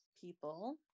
People